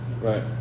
Right